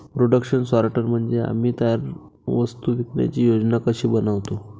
production sorter म्हणजे आम्ही तयार वस्तू विकण्याची योजना कशी बनवतो